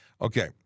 Okay